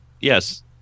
Yes